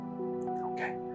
okay